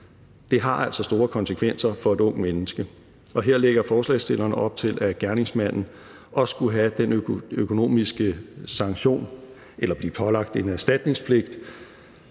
Det har altså store konsekvenser for et ungt menneske. Og her lægger forslagsstillerne op til, at gerningsmanden også skulle pålægges en erstatningspligt,